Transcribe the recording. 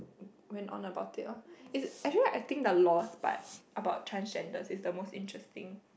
went on about it lor is actually I think the laws but about the transgenders is the most interesting